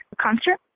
concert